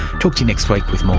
talk to you next week with